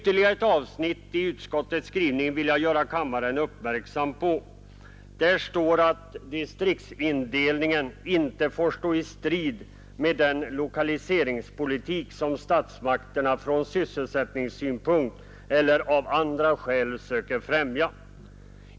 Ett viktigt påpekande från utskottet är att distriktsindelningen inte får stå i strid med den lokaliseringspolitik som statsmakterna från sysselsättningssynpunkt eller av andra skäl söker främja.